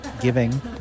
giving